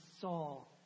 Saul